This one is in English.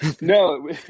No